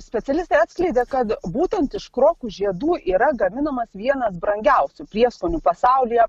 specialistė atskleidė kad būtent iš krokų žiedų yra gaminamas vienas brangiausių prieskonių pasaulyje